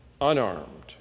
unarmed